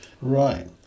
right